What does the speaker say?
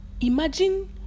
imagine